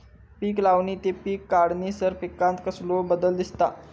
पीक लावणी ते पीक काढीसर पिकांत कसलो बदल दिसता?